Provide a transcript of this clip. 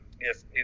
Yes